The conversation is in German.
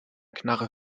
knarre